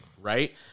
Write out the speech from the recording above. right